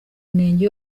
inenge